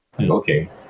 Okay